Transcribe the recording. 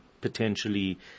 potentially